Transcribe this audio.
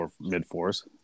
mid-fours